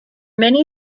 many